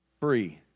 free